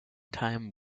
time